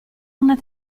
una